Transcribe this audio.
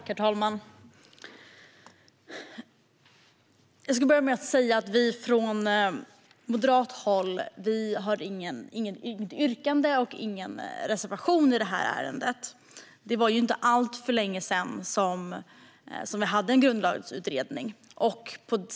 Herr talman! Jag ska börja med att säga att vi från moderat håll inte har något yrkande eller någon reservation i det här ärendet. Det var ju inte alltför länge sedan vi hade en grundlagsutredning.